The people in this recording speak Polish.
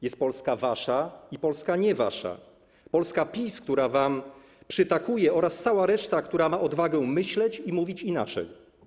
Jest Polska wasza i Polska nie wasza, Polska PiS, która wam przytakuje, oraz cała reszta, która ma odwagą myśleć i mówić inaczej.